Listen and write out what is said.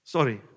Sorry